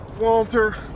Walter